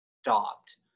stopped